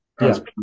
Yes